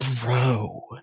bro